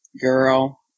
Girl